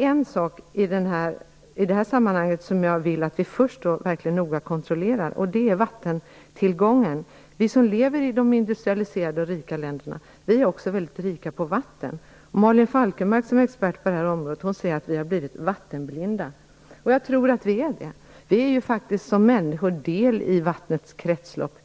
En sak i detta sammanhang vill jag emellertid att vi först noga kontrollerar, och det är vattentillgången. Vi som lever i de industrialiserade och rika länderna är också väldigt rika på vatten. Malin Falkenberg, som är expert på detta område, säger att vi har blivit vattenblinda. Jag tror att vi är det. Vi är ju som människor faktiskt själva en del av vattnets kretslopp.